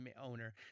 owner